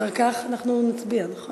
ואחר כך נצביע, נכון?